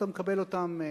אתה מקבל אותם בחיבה,